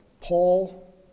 Paul